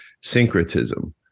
syncretism